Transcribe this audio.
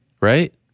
right